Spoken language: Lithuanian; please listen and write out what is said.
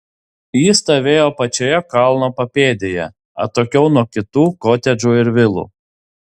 ji stovėjo pačioje kalno papėdėje atokiau nuo kitų kotedžų ir vilų